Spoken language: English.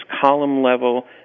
column-level